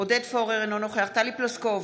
עודד פורר, אינו נוכח טלי פלוסקוב,